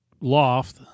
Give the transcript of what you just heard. loft